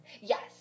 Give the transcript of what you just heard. Yes